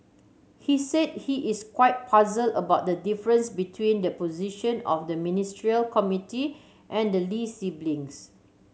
he said he is quite puzzled about the difference between the position of the Ministerial Committee and the Lee siblings